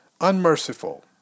unmerciful